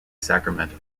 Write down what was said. sacramento